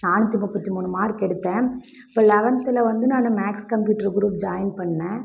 நானூற்றி முப்பத்தி மூணு மார்க்கு எடுத்தேன் இப்போ லெவன்த்தில் வந்து நான் மேக்ஸ் கம்பியூட்ரு க்ரூப் ஜாயின் பண்ணிணேன்